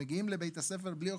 שמגיעים לבית הספר בלי אוכל.